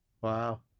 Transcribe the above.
Wow